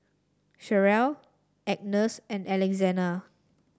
Cherrelle Agnes and Alexina